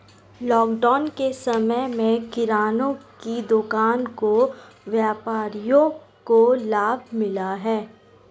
lockdown के समय में किराने की दुकान के व्यापारियों को लाभ मिला है